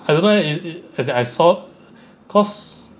I don't know eh it it as in I saw cause